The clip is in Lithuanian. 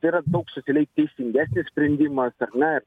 tai yra daug socialiai teisingesnis sprendimas ar ne